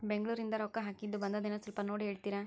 ಬೆಂಗ್ಳೂರಿಂದ ರೊಕ್ಕ ಹಾಕ್ಕಿದ್ದು ಬಂದದೇನೊ ಸ್ವಲ್ಪ ನೋಡಿ ಹೇಳ್ತೇರ?